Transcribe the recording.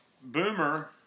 Boomer